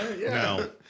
No